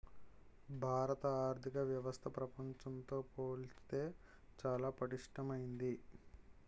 భారత ఆర్థిక వ్యవస్థ ప్రపంచంతో పోల్చితే చాలా పటిష్టమైంది